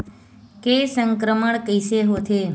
के संक्रमण कइसे होथे?